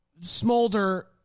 smolder